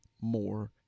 more